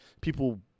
people